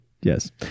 yes